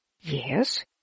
Yes